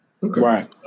Right